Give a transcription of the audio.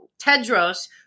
Tedros